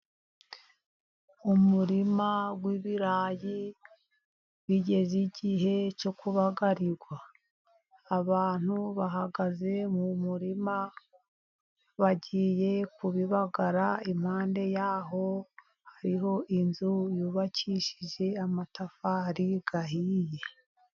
Umurima w'ibirayi bigeze igihe cyo kubagarirwa. Abantu bahagaze mu murima, bagiye kubibagara, impande y'aho hariho inzu yubakishije amatafari ahiye.